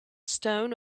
stone